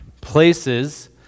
Places